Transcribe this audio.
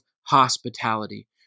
hospitality